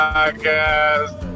Podcast